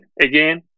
again